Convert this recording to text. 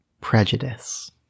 prejudice